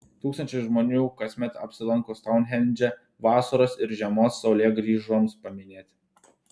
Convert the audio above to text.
tūkstančiai žmonių kasmet apsilanko stounhendže vasaros ir žiemos saulėgrįžoms paminėti